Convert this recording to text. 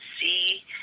see